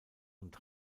und